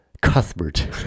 Cuthbert